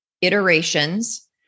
iterations